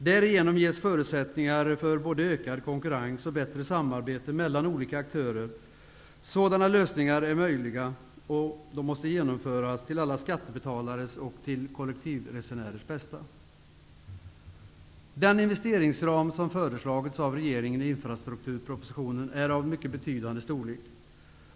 Därigenom ges förutsättningar för både ökad konkurrens och bättre samarbete mellan olika aktörer. Sådana lösningar är möjliga, och de måste genomföras till alla skattebetalares och kollektivresenärers bästa. Den investeringsram som har föreslagits av regeringen i infrastrukturpropositionen är av mycket betydande storlek.